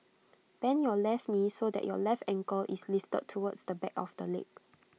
bend your left knee so that your left ankle is lifted towards the back of the leg